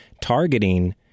targeting